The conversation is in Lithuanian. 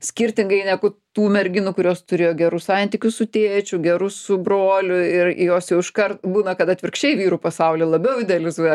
skirtingai negu tų merginų kurios turėjo gerus santykius su tėčiu gerus su broliu ir jos jau iškart būna kad atvirkščiai vyrų pasaulį labiau idealizuoja